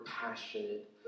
passionate